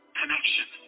connection